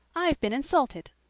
i've been insulted.